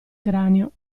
cranio